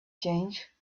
change